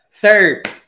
Third